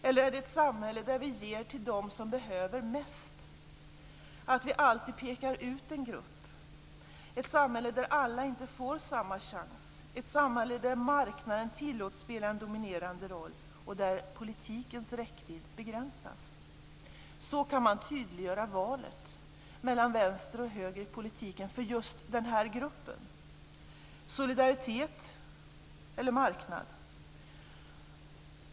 Eller är det ett samhälle där vi ger till dem som behöver mest och alltid pekar ut en grupp? Är det ett samhälle där alla inte får samma chans, där marknaden tillåts spela en dominerande roll och där politikens räckvidd begränsas? Så kan man tydliggöra valet mellan vänster och höger i politiken för just denna grupp. Väljer man solidaritet eller marknad?